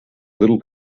little